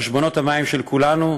חשבונות המים של כולנו,